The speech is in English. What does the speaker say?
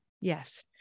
Yes